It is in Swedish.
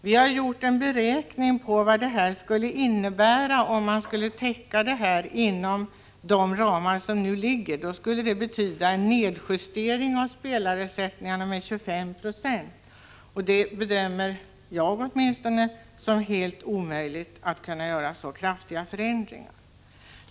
Vi har gjort en beräkning av vad det skulle innebära, om man täckte detta inom de ramar som finns. Det skulle betyda en nedjustering av spelarersättningarna med 25 90, och åtminstone jag bedömer det som helt omöjligt att göra så kraftiga förändringar.